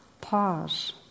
Pause